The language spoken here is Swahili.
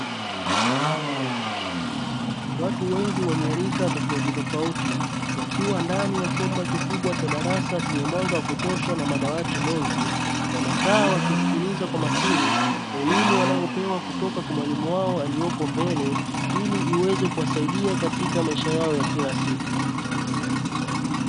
Watu wengi wenye rika tofauti tofauti wakiwa ndani ya chumba kikubwa cha darasa chenye mwanga wa kutosha na madawati mengi, wamekaa wakisikiliza kwa makini elimu wanayopewa kutoka kwa mwalimu wao aliyeko mbele ili iweze kuwasaidia katika maisha yao ya kila siku.